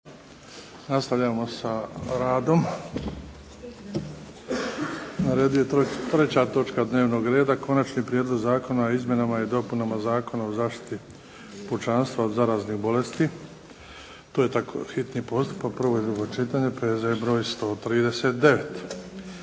Nastavljamo sa radom. Na redu je treća točka dnevnog reda. 1. Konačni prijedlog Zakona o izmjenama i dopuna Zakona zaštiti pučanstva od zaraznih bolesti, hitni postupak prvo i drugo čitanje P.Z: br. 139.